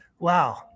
Wow